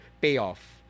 payoff